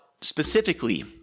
specifically